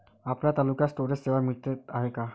आपल्या तालुक्यात स्टोरेज सेवा मिळत हाये का?